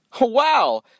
Wow